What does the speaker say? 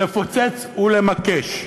לפוצץ ולמקש.